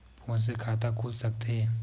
Phone से खाता खुल सकथे?